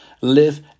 Live